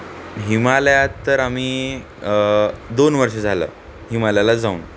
हिमालयात तर आम्ही दोन वर्ष झालं हिमालयाला जाऊन